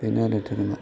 बेनो आरो धोरोमा